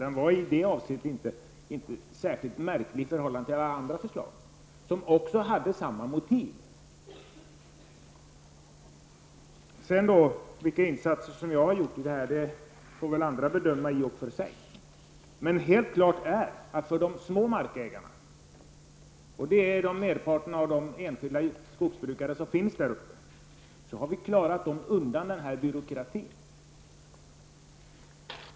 I detta avseende var den inte särskilt märklig i förhållande till de övriga förslag som också hade samma motiv. Vilka insatser jag har gjort får väl andra i och för sig bedöma. Det är dock klart att de små markägarna, merparten av de enskilda skogsbrukarna som finns där uppe, har vi klarat undan från byråkratin.